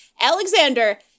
Alexander